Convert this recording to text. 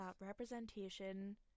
representation